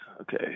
Okay